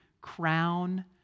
crown